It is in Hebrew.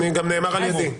גם נאמר על ידי.